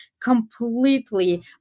completely